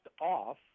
off